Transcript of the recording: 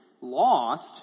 lost